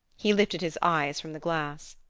he lifted his eyes from the glass.